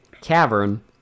cavern